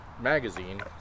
magazine